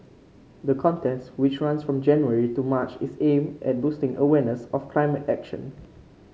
the contest which runs from January to March is aimed at boosting awareness of climate action